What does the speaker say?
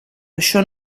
això